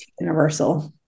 universal